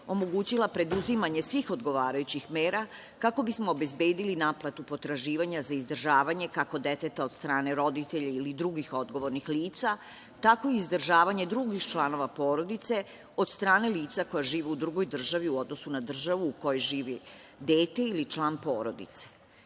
omogućila preduzimanje svih odgovarajućih mera, kako bismo obezbedili naplatu potraživanja za izdržavanje, kako deteta od strane roditelja ili drugih odgovornih lica, tako i izdržavanja drugih članova porodice od strane lica koja žive u drugoj državi u odnosu na državu u kojoj živi dete ili član porodice.U